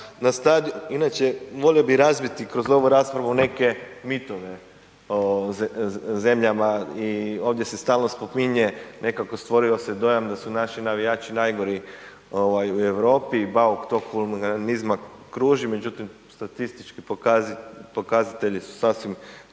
inače volio bi razbiti kroz ovu raspravu neke mitove o zemljama i ovdje se stalno spominje, nekako stvorio se dojam da su naši navijači najgori ovaj u Europi i bauk tog huliganizma kruži, međutim statistički pokazatelji su sasvim